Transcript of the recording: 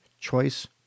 choice